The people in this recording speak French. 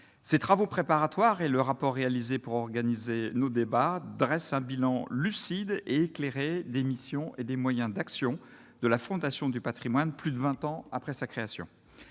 ces travaux préparatoires et le rapport réalisé pour organiser notre débat dresse un bilan lucide et éclairé des missions et des moyens d'action de la Fondation du Patrimoine, plus de 20 ans après sa création,